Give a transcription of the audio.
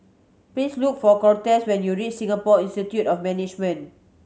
please look for Cortez when you reach Singapore Institute of Management